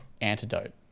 antidote